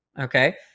okay